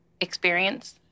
experience